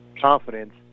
confidence